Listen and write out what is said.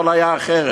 הכול היה אחרת.